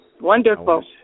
Wonderful